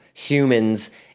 humans